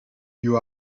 you